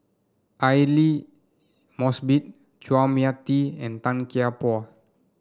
Aidli Mosbit Chua Mia Tee and Tan Kian Por